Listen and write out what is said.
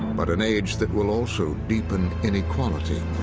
but an age that will also deepen inequality,